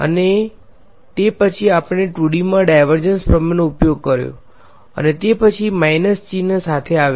અને તે પછી આપણે 2D માં ડાયવર્જન્સ પ્રમેયનો ઉપયોગ કર્યો અને તે પછી માઈનસ ચિહ્ન સાથે આવે છે